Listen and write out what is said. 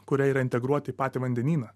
kurie yra integruoti į patį vandenyną